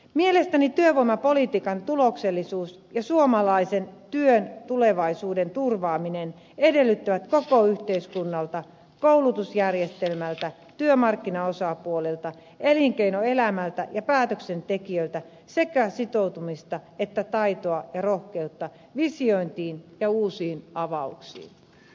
mielestäni työvoimapolitiikan tuloksellisuus ja suomalaisen työn tulevaisuuden turvaaminen edellyttävät koko yhteiskunnalta koulutusjärjestelmältä työmarkkinaosapuolilta elinkeinoelämältä ja päätöksentekijöiltä sekä sitoutumista että taitoa ja rohkeutta visiointiin ja uusiin avauksiin